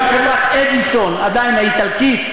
גם חברת "אדיסון" האיטלקית,